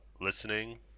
listening